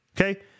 okay